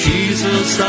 Jesus